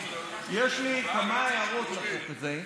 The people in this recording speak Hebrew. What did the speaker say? יש לי כמה הערות לחוק הזה,